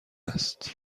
است